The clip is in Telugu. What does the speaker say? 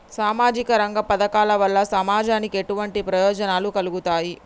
సామాజిక రంగ పథకాల వల్ల సమాజానికి ఎటువంటి ప్రయోజనాలు కలుగుతాయి?